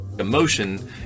Emotion